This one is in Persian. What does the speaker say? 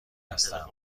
هستم